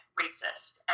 racist